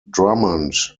drummond